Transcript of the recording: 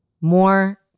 more